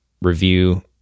review